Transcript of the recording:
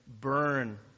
burn